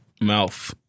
Mouth